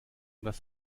das